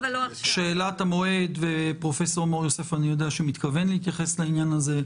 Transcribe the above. אני יודע שפרופ' מור יוסף מתכוון להתייחס לשאלת המועד.